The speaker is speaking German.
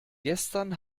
gestern